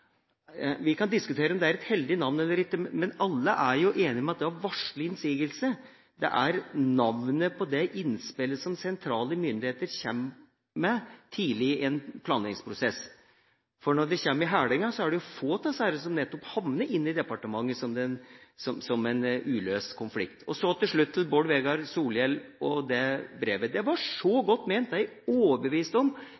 Vi kan diskutere om det er et heldig navn eller ikke, men alle er jo enige om at det å varsle innsigelse er navnet på det innspillet som sentrale myndigheter kommer med tidlig i en planleggingsprosess, for når det kommer til hælinga, er det jo få av disse som havner i departementet som en uløst konflikt. Til slutt: Når det gjelder Bård Vegar Solhjell og det brevet, så var det godt ment, det er jeg overbevist om. Det var